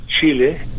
Chile